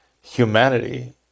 humanity